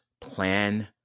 plan